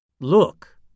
Look